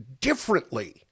differently